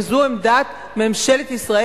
וזאת עמדת ממשלת ישראל,